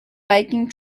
biking